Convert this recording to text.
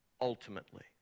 ultimately